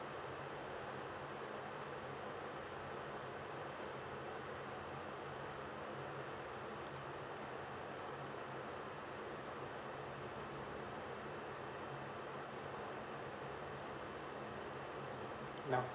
now